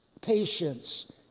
patience